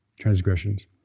transgressions